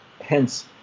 hence